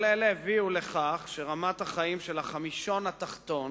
כל אלה הביאו לכך שרמת החיים של החמישון התחתון